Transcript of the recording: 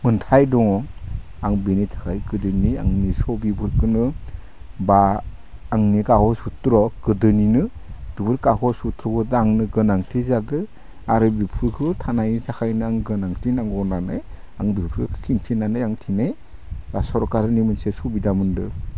मोन्थाइ दङ आं बिनि थाखाय गोदोनि आंनि सबिफोरखोनो बा आंनि कागज पत्र गोदोनिनो बिफोर कागज पत्रखो दांनोगोनांथि जादो आरो बिफोरखोबो थानायनि थाखायनो आं गोनांथि नांगौ होननानै आं बेफोर खिन्थिनानै आं दिनै बा सरखारनि मोनसे सुबिदा मोन्दो